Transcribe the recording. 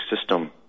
system